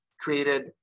created